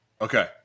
Okay